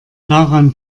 daran